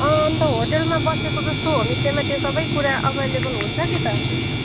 अँ अन्त होटेलमा बसेको जस्तो होमस्टेमा त्यो सबै कुरा अभाइलेबल हुन्छ कि त